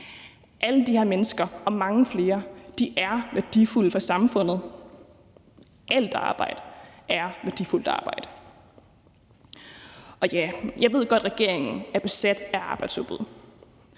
Alle de her mennesker og mange flere er værdifulde for samfundet. Alt arbejde er værdifuldt arbejde. Jeg ved godt, at regeringen er besat af arbejdsudbud,